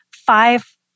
five